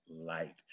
light